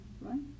right